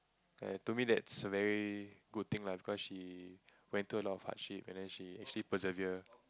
and to me that's a very good thing lah because she went through a lot of hardship and then she actually persevere